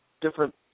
different